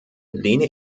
lehne